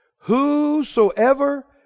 Whosoever